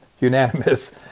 unanimous